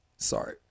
Sorry